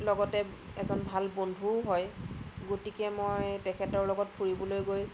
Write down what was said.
লগতে এজন ভাল বন্ধুও হয় গতিকে মই তেখেতৰ লগত ফুৰিবলৈ গৈ